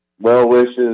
well-wishes